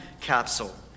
capsule